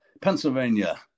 Pennsylvania